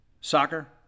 soccer